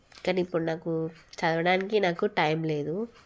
కానీ ఇప్పుడు నాకు చదవడానికి నాకు టైం లేదు